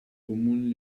comuni